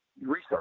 research